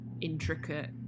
intricate